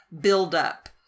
buildup